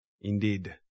indeed